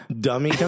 dummy